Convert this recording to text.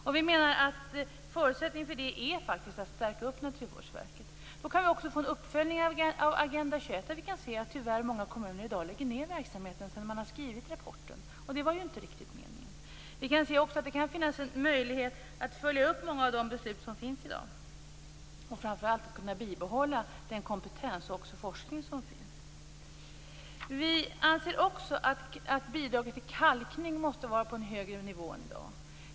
Och vi menar att förutsättningen för det faktiskt är att stärka Naturvårdsverket. Då kan vi också få en uppföljning av Agenda 21. Tyvärr kan vi i dag se att många kommuner lägger ned verksamheten sedan man har skrivit rapporten, och det var ju inte riktigt meningen. Vi kan också se att det kan finnas en möjlighet att följa upp många av de beslut som finns i dag och framför allt att kunna behålla den kompetens och forskning som finns. Vi anser också att bidraget till kalkning måste ligga på en högre nivå än i dag.